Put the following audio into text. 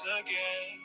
again